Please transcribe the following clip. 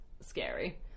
scary